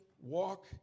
walk